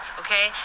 okay